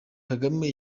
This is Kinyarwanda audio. kagame